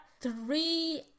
three